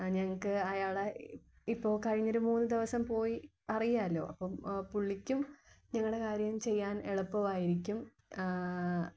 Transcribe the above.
ആ ഞങ്ങൾക്ക് അയാളെ ഇപ്പോൾ കഴിഞ്ഞ ഒരു മൂന്ന് ദിവസം പോയി അറിയാമല്ലോ അപ്പം പുള്ളിക്കും ഞങ്ങളു ടെ കാര്യം ചെയ്യാൻ എളുപ്പം ആയിരിക്കും